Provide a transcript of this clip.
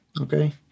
Okay